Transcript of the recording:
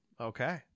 Okay